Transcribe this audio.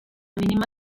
mínima